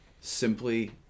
Simply